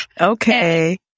Okay